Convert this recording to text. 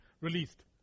released